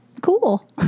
cool